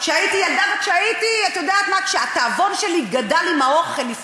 כשהייתי ילדה וכשהתיאבון שלי גדל עם האוכל,